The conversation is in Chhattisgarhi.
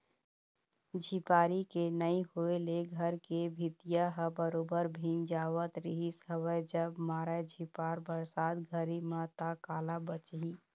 झिपारी के नइ होय ले घर के भीतिया ह बरोबर भींग जावत रिहिस हवय जब मारय झिपार बरसात घरी म ता काला बचही